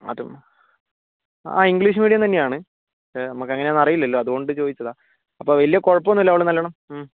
അതും ആ English medium തന്നെയാണ് പക്ഷേ നമുക്ക് എങ്ങനെയാണെന്ന് അറിയില്ലല്ലോ അതുകൊണ്ട് ചോദിച്ചതാണ് അപ്പോൾ വലിയ കുഴപ്പമൊന്നുമില്ല അവൾ നല്ലോണം